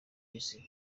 isi